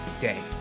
day